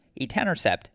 etanercept